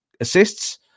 assists